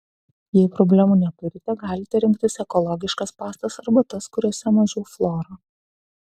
jei problemų neturite galite rinktis ekologiškas pastas arba tas kuriose mažiau fluoro